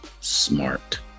smart